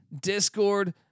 Discord